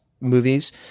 movies